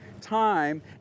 time